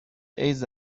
ایدز